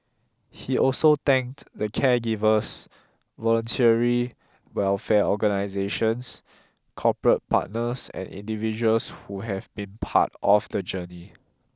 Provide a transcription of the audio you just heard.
he also thanked the caregivers voluntary welfare organisations corporate partners and individuals who have been part of the journey